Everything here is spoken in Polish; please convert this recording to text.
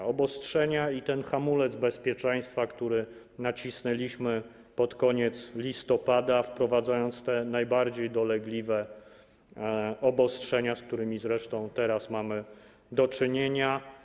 Chodzi tu o obostrzenia i ten hamulec bezpieczeństwa, który nacisnęliśmy pod koniec listopada, wprowadzając te najbardziej dolegliwe obostrzenia, z którymi zresztą teraz mamy do czynienia.